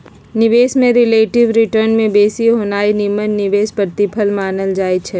निवेश में relative return के बेशी होनाइ निम्मन निवेश प्रतिफल मानल जाइ छइ